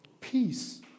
peace